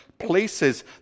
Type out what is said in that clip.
Places